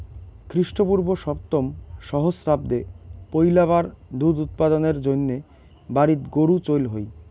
খ্রীষ্টপূর্ব সপ্তম সহস্রাব্দে পৈলাবার দুধ উৎপাদনের জইন্যে বাড়িত গরু চইল হই